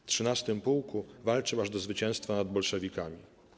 W 13. pułku walczył aż do zwycięstwa nad bolszewikami.